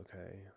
okay